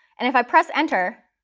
and if i press enter,